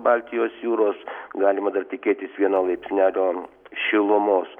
baltijos jūros galima dar tikėtis vieno laipsnelio šilumos